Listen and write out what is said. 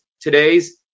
today's